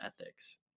ethics